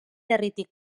herritik